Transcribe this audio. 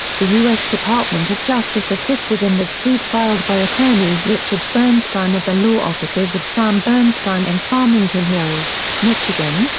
the u s. department of justice assisted in the suit filed by attorney richard bernstein of the law offices of sam bernstein in farmington hills, michigan,